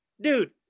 dude